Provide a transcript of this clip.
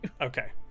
Okay